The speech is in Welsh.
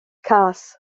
cas